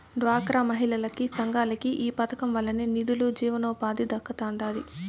డ్వాక్రా మహిళలకి, సంఘాలకి ఈ పదకం వల్లనే నిదులు, జీవనోపాధి దక్కతండాడి